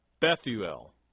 Bethuel